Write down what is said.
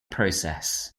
process